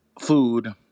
food